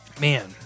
man